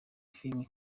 filime